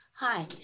Hi